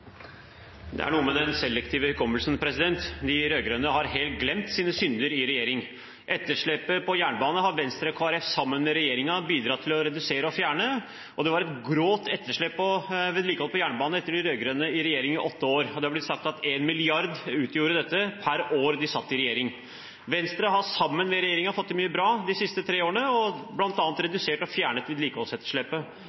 noe med den selektive hukommelsen. De rød-grønne har helt glemt sine synder i regjering. Etterslepet på jernbane har Venstre og Kristelig Folkeparti sammen med regjeringen bidratt til å redusere og fjerne, og det var et grovt etterslep på vedlikehold av jernbane etter åtte år med de rød-grønne i regjering. Det har blitt sagt at dette utgjorde 1 mrd. kr per år de satt i regjering. Venstre har sammen med regjeringen fått til mye bra de siste tre årene, bl.a. å redusere og